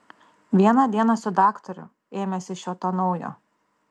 vieną dieną su daktaru ėmėsi šio to naujo